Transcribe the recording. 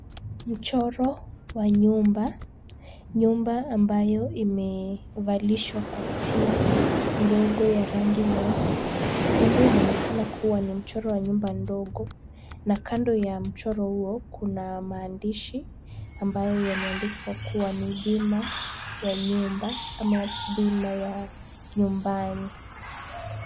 Mchoro wa nyumba, nyumba ambayo imevalishwa kofia ndogo ya rangi nyeusi. Nyumba inaonekana kuwa ni mchoro wa nyumba ndogo na kando ya mchoro huo kuna maandishi, ambayo yameandikwa kuwa ni bima ya nyumba ama bima ya nyumbani.